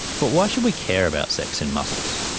but why should we care about sex in mussels?